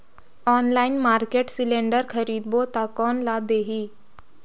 Online market cylinder खरीदबो ता कोन ला देही?